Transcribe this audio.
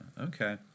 Okay